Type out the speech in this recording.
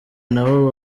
nabo